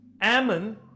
Ammon